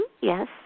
Yes